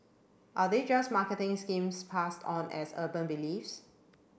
are they just marketing schemes passed on as urban beliefs